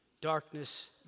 darkness